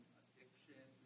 addiction